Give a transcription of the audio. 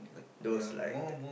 those like the